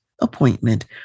appointment